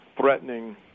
threatening